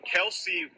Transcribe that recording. Kelsey